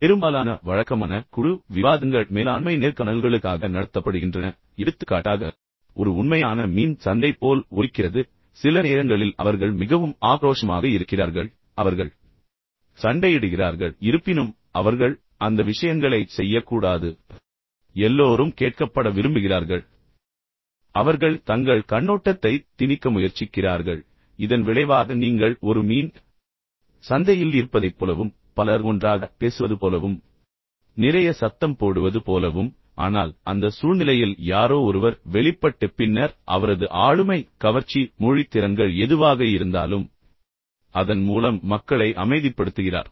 எனவே பெரும்பாலான வழக்கமான குழு விவாதங்கள் மேலாண்மை நேர்காணல்களுக்காக நடத்தப்படுகின்றன எடுத்துக்காட்டாக ஒரு உண்மையான மீன் சந்தை போல் ஒலிக்கிறது சில நேரங்களில் அவர்கள் மிகவும் ஆக்ரோஷமாக இருக்கிறார்கள் அவர்கள் ஒருவருக்கொருவர் சண்டையிடுகிறார்கள் இருப்பினும் அவர்கள் அந்த விஷயங்களைச் செய்ய கூடாது பின்னர் எல்லோரும் கேட்கப்பட விரும்புகிறார்கள் எனவே அவர்கள் தங்கள் கண்ணோட்டத்தை திணிக்க முயற்சிக்கிறார்கள் இதன் விளைவாக நீங்கள் ஒரு மீன் சந்தையில் இருப்பதைப் போலவும் பலர் ஒன்றாக பேசுவது போலவும் நிறைய சத்தம் போடுவது போலவும் ஆனால் அந்த சூழ்நிலையில் யாரோ ஒருவர் வெளிப்பட்டு பின்னர் அவரது ஆளுமை கவர்ச்சி மொழி திறன்கள் எதுவாக இருந்தாலும் அதன் மூலம் மக்களை அமைதிப்படுத்துகிறார்